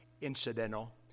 incidental